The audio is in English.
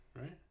right